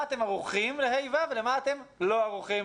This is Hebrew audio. אתם ערוכים בכיתות ה'-ו' ולמה אתם לא ערוכים,